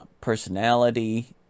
personality